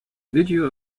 video